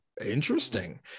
interesting